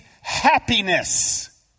happiness